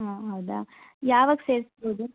ಹಾಂ ಹೌದ ಯಾವಾಗ ಸೇರಿಸ್ಬೌದು